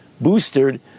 boosted